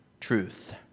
truth